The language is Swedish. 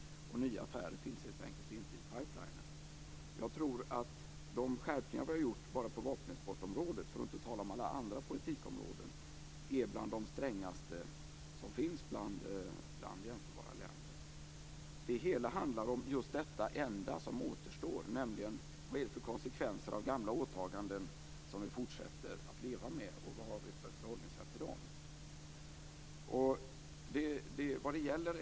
Nya affärer finns helt enkelt inte i pipelinen. De skärpningar som vi har gjort bara på vapenexportområdet - och för att inta tala om alla andra politikområden - är bland de hårdaste som finns bland jämförbara länder. Det hela handlar om detta enda som återstår, nämligen: Vad är det för konsekvenser av gamla åtaganden som vi fortsätter att leva med? Och vad har vi förhållningssätt till dem?